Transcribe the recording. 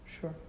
sure